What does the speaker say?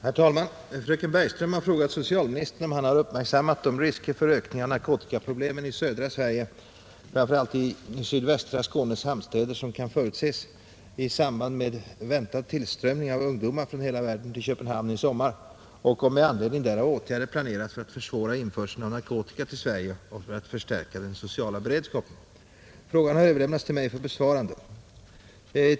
Herr talman! Fröken Bergström har frågat socialministern om han uppmärksammat de risker för ökning av narkotikaproblemen i södra Sverige — framför allt i sydvästra Skånes hamnstäder — som kan förutses i samband med väntande tillströmning av ungdomar från hela världen till Köpenhamn i sommar och om med anledning därav åtgärder planeras för att försvåra införsel av narkotika till Sverige och för att förstärka den sociala beredskapen. Frågan har överlämnats till mig för besvarande.